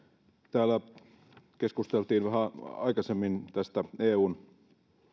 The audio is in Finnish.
täällä keskusteltiin vähän aikaisemmin eun